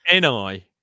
NI